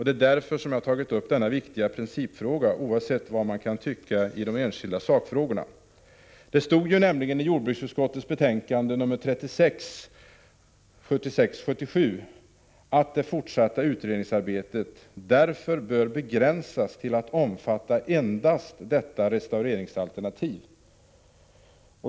Det är därför som jag har tagit upp denna principfråga, oavsett vad man kan tycka i enskilda sakfrågor. Det står nämligen i jordbruksutskottets betänkande 1976/77:36 att ”det fortsatta utredningsarbetet därför bör begränsas till att omfatta endast detta restaureringsalternativ”.